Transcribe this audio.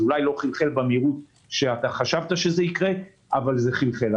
אולי לא חלחל במהירות שאתה חשבת שזה יקרה אבל זה חלחל.